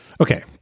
Okay